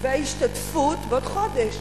בעוד חודש.